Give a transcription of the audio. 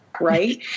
right